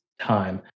time